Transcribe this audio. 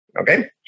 okay